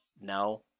No